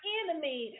enemy